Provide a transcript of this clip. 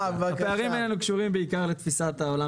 הפערים האלו קשורים בעיקר לתפיסת העולם